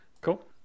Cool